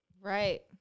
right